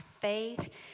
faith